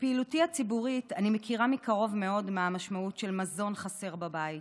מפעילותי הציבורית אני מכירה מקרוב מאוד מה המשמעות של מזון חסר בבית.